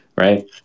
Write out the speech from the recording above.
right